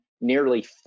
nearly